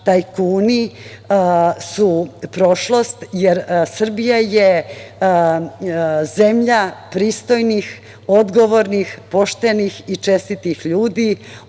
tajkuni su prošlost jer Srbija je zemlja pristojnih, odgovornih, poštenih i čestitih ljudi.